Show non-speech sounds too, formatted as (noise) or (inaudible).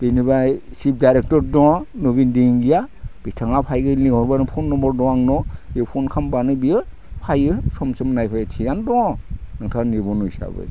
बिनिफ्राय सिफ डाइरेक्टर दङ नबिन दिहिंगिया बिथाङा फायगोन इयावबो फन नाम्बर दङ आंनाव इयाव फन खालामब्लानो बियो फायो सम सम नायफैबाय थायो थिखआनो दङ नोंथांनि (unintelligible)